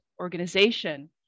organization